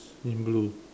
in blue